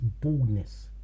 boldness